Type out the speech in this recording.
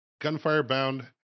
gunfire-bound